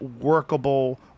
workable